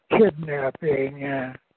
kidnapping